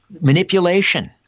manipulation